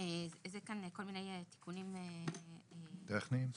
כל מיני תיקונים טכניים.